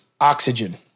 Oxygen